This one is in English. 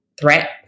threat